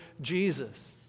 Jesus